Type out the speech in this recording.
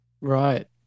Right